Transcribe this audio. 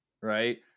right